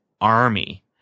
army